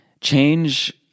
change